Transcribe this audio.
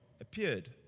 appeared